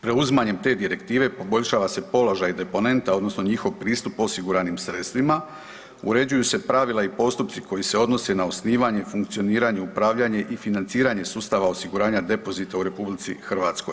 Preuzimanjem te direktive poboljšava se položaj deponenta odnosno njihov pristup osiguranim sredstvima uređuju su pravila i postupci koji se odnose na osnivanje, funkcioniranje, upravljanje i financiranje sustava osiguranja depozita u RH.